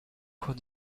cours